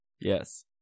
Yes